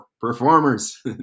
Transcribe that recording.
performers